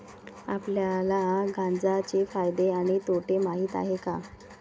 आपल्याला गांजा चे फायदे आणि तोटे माहित आहेत का?